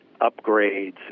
upgrades